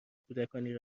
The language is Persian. کودکانی